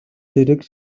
зэрэг